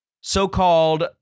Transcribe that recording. So-called